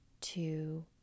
two